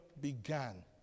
began